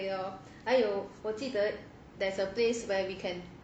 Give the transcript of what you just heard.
对咯还有我记得 there is a place that we can take